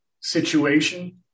situation